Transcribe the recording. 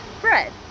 bread